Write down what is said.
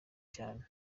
cyane